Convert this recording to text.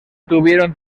tuvieron